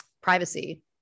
privacy